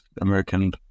American